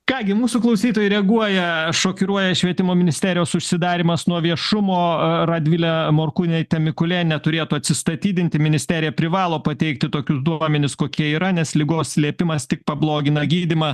ką gi mūsų klausytojai reaguoja šokiruoja švietimo ministerijos užsidarymas nuo viešumo radvilė morkūnaitė mikulėnienė turėtų atsistatydinti ministerija privalo pateikti tokius duomenis kokie yra nes ligos slėpimas tik pablogina gydymą